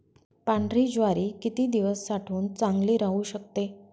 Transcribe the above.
पांढरी ज्वारी किती दिवस साठवून चांगली राहू शकते?